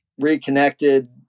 reconnected